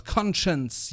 Conscience